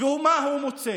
ומה הוא מוצא?